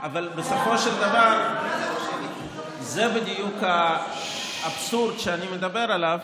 אבל בסופו של דבר זה בדיוק האבסורד שאני מדבר עליו,